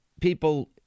people